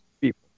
people